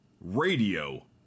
Radio